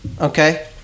okay